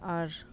ᱟᱨ